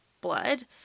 blood